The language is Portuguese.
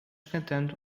cantando